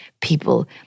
people